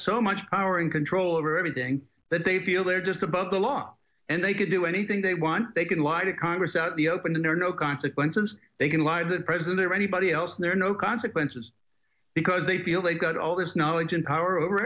so much power and control over everything that they feel they're just above the law and they can do anything they want they can lie to congress out the open and there are no consequences they can lie the president or anybody else and there are no consequences because they feel they've got all this knowledge and power over